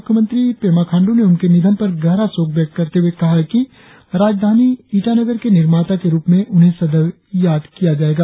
मुख्यमंत्री पेमा खांड् ने उनके निधन पर गहरा शोक व्यक्त करते हुए कहा है कि राजधानी ईटानगर के निर्माता के रुप में उन्हें सदैव याद किया जायेगा